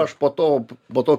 aš po to po to